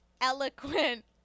eloquent